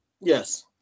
Yes